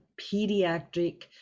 pediatric